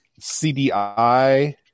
CDI